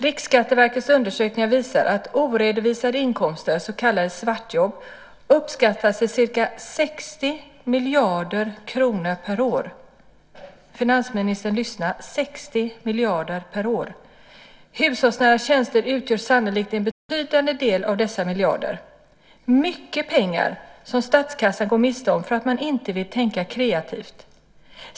Riksskatteverkets undersökningar visar att oredovisade inkomster, så kallade svartjobb, uppskattas till ca 60 miljarder kronor per år - lyssna finansministern: 60 miljarder per år. Hushållsnära tjänster utgör sannolikt en betydande del av dessa miljarder. Det är mycket pengar som statskassan går miste om för att man inte vill tänka kreativt.